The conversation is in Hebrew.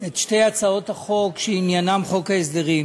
את שתי הצעות החוק שעניינן חוק ההסדרים.